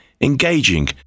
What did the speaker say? engaging